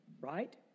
right